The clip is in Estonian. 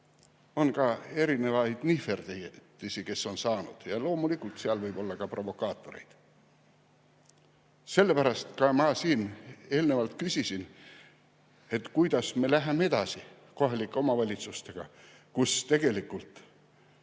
On ka erinevaid nihverdisi, kes on saanud, ja loomulikult seal võib olla ka provokaatoreid. Sellepärast ma siin eelnevalt küsisin, et kuidas me läheme edasi kohalike omavalitsustega, kus tegelikult